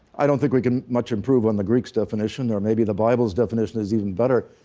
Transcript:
i don't think we can much improve on the greek's definition or maybe the bible's definition is even better,